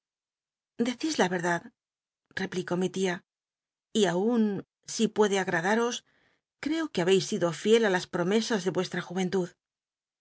decís la verdad replicó mi tia y aun si puede agradaros creo que habcis sido fiel á las promesas ele